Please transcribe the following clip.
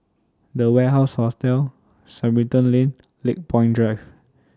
The Warehouse Hostel Sarimbun Lane Lakepoint Drive